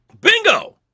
Bingo